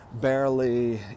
barely